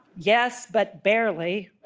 yes, but barely